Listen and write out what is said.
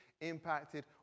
impacted